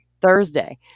Thursday